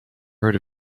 heard